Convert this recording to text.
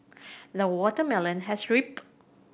the watermelon has ripened